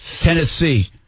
Tennessee